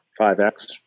5X